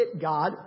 God